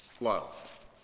love